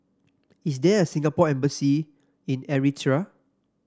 is there a Singapore Embassy in Eritrea